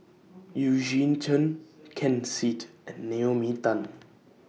Eugene Chen Ken Seet and Naomi Tan